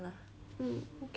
ya my last time